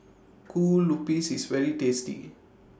Kue Lupis IS very tasty